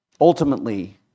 Ultimately